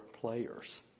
players